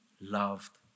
loved